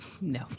No